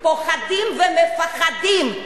פוחדים ומפחדים.